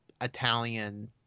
Italian